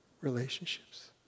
relationships